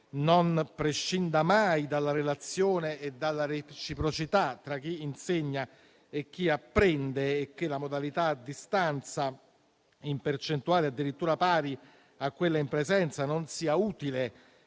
non prescinda mai dalla relazione e dalla reciprocità tra chi insegna e chi apprende e che la modalità a distanza, in percentuale addirittura pari a quella in presenza, non sia utile